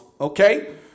Okay